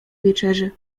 wieczerzy